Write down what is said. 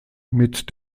mit